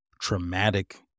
traumatic